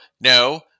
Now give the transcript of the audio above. no